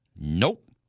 Nope